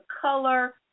color